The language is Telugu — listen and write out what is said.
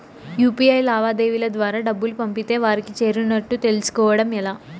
యు.పి.ఐ లావాదేవీల ద్వారా డబ్బులు పంపితే వారికి చేరినట్టు తెలుస్కోవడం ఎలా?